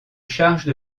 chargent